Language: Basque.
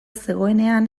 zegoenean